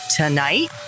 tonight